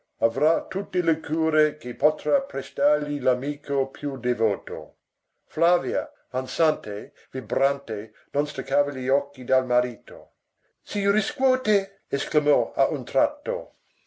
avrà avrà tutte le cure che potrà prestargli l'amico più devoto flavia ansante vibrante non staccava gli occhi dal marito si riscuote esclamò a un tratto